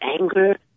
anger